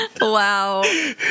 Wow